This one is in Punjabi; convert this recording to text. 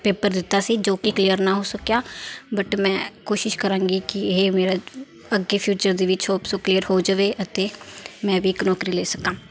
ਪੇਪਰ ਦਿੱਤਾ ਸੀ ਜੋ ਕਿ ਕਲੀਅਰ ਨਾ ਹੋ ਸਕਿਆ ਬਟ ਮੈਂ ਕੋਸ਼ਿਸ਼ ਕਰਾਂਗੀ ਕਿ ਇਹ ਮੇਰਾ ਅੱਗੇ ਫਿਊਚਰ ਦੇ ਵਿੱਚ ਹੋਪ ਸੋ ਕਲੀਅਰ ਹੋ ਜਾਵੇ ਅਤੇ ਮੈਂ ਵੀ ਇੱਕ ਨੌਕਰੀ ਲੈ ਸਕਾਂ